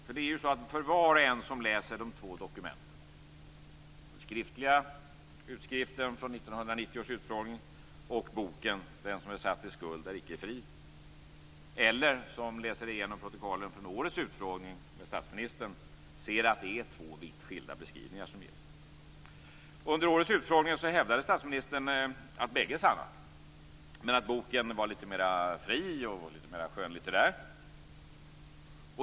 För var och en som läser de två dokumenten, den skriftliga utskriften från 1990 års utfrågning och boken Den som är satt i skuld är icke fri, eller som läser igenom protokollen från årets utfrågning med statsministern ser att det är två vitt skilda beskrivningar som ges. Under årets utfrågning hävdade statsministern att bägge är sanna men att boken är litet mer fri och litet mer skönlitterär.